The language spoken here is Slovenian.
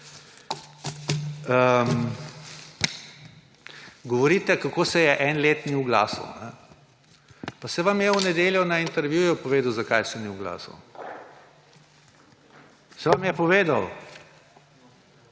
Govorite, kako se eno leto ni oglasil. Pa saj vam je v nedeljo na intervjuju povedal, zakaj se ni oglasil. Saj vam je povedal.